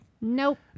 Nope